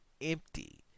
empty